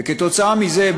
וכתוצאה מזה,